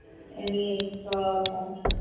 any extra cum